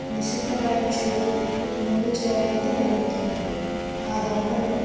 నిశితమైన చూపు ముందు జాగ్రత్త నేర్పుతుంది ఆ దొంగను